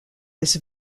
this